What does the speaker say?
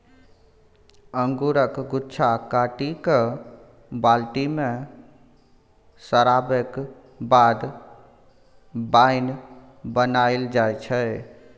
अंगुरक गुच्छा काटि कए बाल्टी मे सराबैक बाद बाइन बनाएल जाइ छै